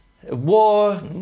War